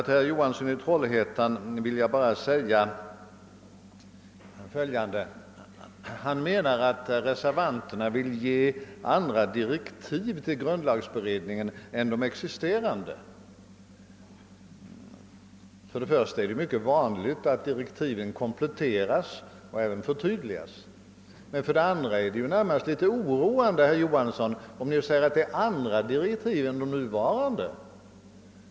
Herr Johansson i Trollhättan menar att reservanterna vill ge andra direktiv till grundlagberedningen än de existerande. Men för det första är det mycket vanligt att direktiv kompletteras och även förtydligas, och för det andra — herr Johansson — är det närmast en smula oroande när Ni säger att reservation 2 skulle innebära andra direktiv än de nuvarande.